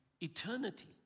eternity